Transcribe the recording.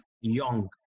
young